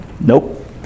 nope